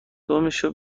دمبشو